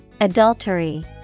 Adultery